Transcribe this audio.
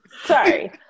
sorry